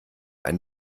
ein